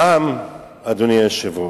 אדוני היושב-ראש,